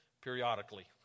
Periodically